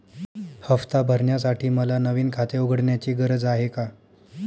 हफ्ता भरण्यासाठी मला नवीन खाते उघडण्याची गरज आहे का?